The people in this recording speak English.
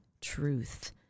truth